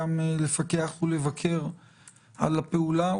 הוא גם לפקח ולבקר על הפעולה,